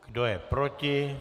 Kdo je proti?